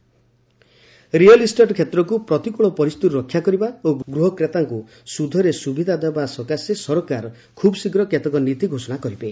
real estate real estate କ୍ଷେତ୍ରକୁ ପ୍ରତିକୂଳ ପରିସ୍ଥିତିରୁ ରକ୍ଷାକରିବା ଓ ଗୃହକର୍ତ୍ତାଙ୍କୁ ସୁଧରେ ସୁବିଧା ଦେବା ସକାଶେ ସରକାର ଖୁବ୍ଶୀଘ୍ର କେତେକ ନୀତି ଘୋଷଣା କରିବେ